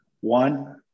One